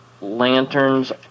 lanterns